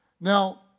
Now